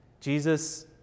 Jesus